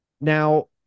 now